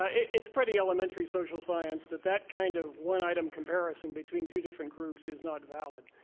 ah it's pretty elementary social science that that kind of one item comparison, between two different groups, is not valid.